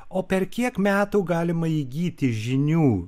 o per kiek metų galima įgyti žinių